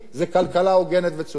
זה כלכלה הוגנת וצודקת.